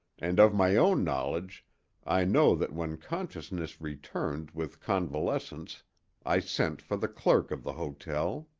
and of my own knowledge i know that when consciousness returned with convalescence i sent for the clerk of the hotel.